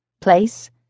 Place